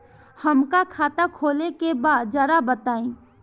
हमका खाता खोले के बा जरा बताई?